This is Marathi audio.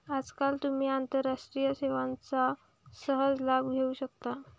आजकाल तुम्ही आंतरराष्ट्रीय सेवांचा सहज लाभ घेऊ शकता